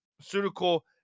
pharmaceutical